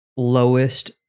Lowest